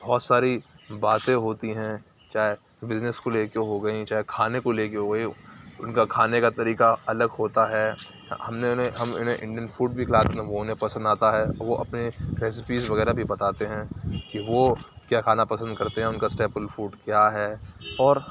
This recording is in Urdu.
بہت ساری باتیں ہوتی ہیں چاہے بزنس کو لے کے ہو گئیں چاہے کھانے کو لے کے ہو گئی ان کا کھانے کا طریقہ الگ ہوتا ہے ہم نے انہیں ہم انہیں انڈین فوڈ بھی کھلاتے وہ انہیں پسند آتا ہے وہ اپنے ریسیپیز وغیرہ بھی بتاتے ہیں کہ وہ کیا کھانا پسند کرتے ہیں ان کا اسٹیپل فوڈ کیا ہے اور